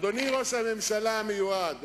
אדוני ראש הממשלה המיועד,